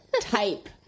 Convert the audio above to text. type